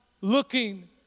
looking